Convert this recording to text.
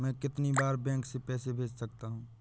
मैं कितनी बार बैंक से पैसे भेज सकता हूँ?